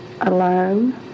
alone